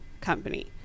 company